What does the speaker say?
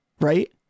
Right